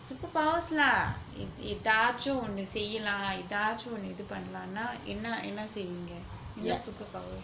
superpowers lah எதாச்சும் ஒன்னு செய்யலாம் எதாச்சும் ஒன்னு இது பண்ணலான என்ன என்ன செய்வீங்க என்ன:ethachum onnu seiyalam ethachum onnu ithu pannalana enna enna seiveenga enna superpowers